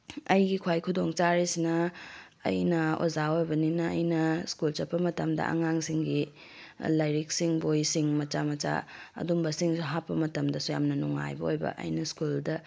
ꯑꯩꯒꯤ ꯈ꯭ꯋꯥꯏ ꯈꯨꯗꯣꯡ ꯆꯥꯔꯤꯁꯤꯅ ꯑꯩꯅ ꯑꯣꯖꯥ ꯑꯣꯏꯕꯅꯤꯅ ꯑꯩꯅ ꯁ꯭ꯀꯨꯜ ꯆꯠꯄ ꯃꯇꯝꯗ ꯑꯉꯥꯡꯁꯤꯡꯒꯤ ꯂꯥꯏꯔꯤꯛꯁꯤꯡ ꯕꯣꯏꯁꯤꯡ ꯃꯆꯥ ꯃꯆꯥ ꯑꯗꯨꯝꯕꯁꯤꯡꯁꯨ ꯍꯥꯞꯄ ꯃꯇꯝꯗꯁꯨ ꯌꯥꯝꯅ ꯅꯨꯡꯉꯥꯏꯕ ꯑꯣꯏꯕ ꯑꯩꯅ ꯁ꯭ꯀꯨꯜꯗ